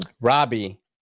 Robbie